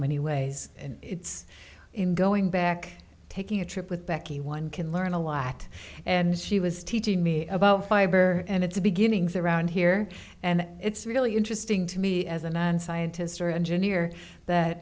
many ways and it's in going back taking a trip with becky one can learn a lot and she was teaching me about fiber and its beginnings around here and it's really interesting to me as a nine scientist or engineer that